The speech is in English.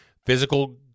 Physical